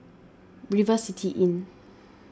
River City Inn